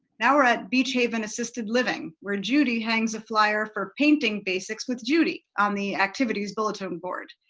now we're at beach haven assisted living where judy hangs a flyer for painting basics with judy on the activities bulletin board.